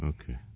Okay